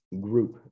group